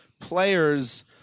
Players